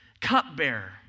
Cupbearer